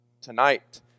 Tonight